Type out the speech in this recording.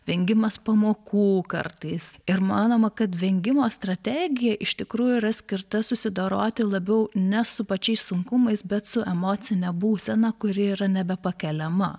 vengimas pamokų kartais ir manoma kad vengimo strategija iš tikrųjų yra skirta susidoroti labiau ne su pačiais sunkumais bet su emocine būsena kuri yra nebepakeliama